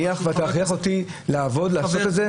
ולהכריח אותי לעשות את זה?